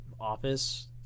Office